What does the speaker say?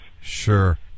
sure